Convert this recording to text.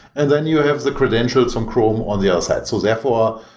and then you have the credentials from chrome on the other side. so therefore,